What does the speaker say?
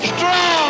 Strong